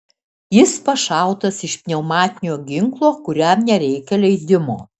jis pašautas iš pneumatinio ginklo kuriam nereikia leidimo